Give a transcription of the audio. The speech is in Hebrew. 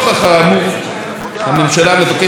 הממשלה מבקשת לתמוך בהצעת החוק.